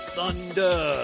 Thunder